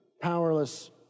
powerless